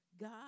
God